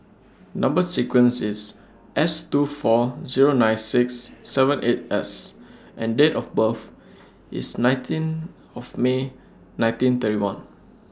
Number sequence IS S two four Zero nine six seven eight S and Date of birth IS nineteen of May nineteen thirty one